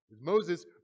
Moses